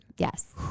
Yes